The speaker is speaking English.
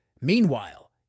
Meanwhile